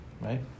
Right